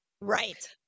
Right